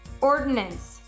ordinance